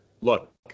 look